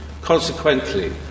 Consequently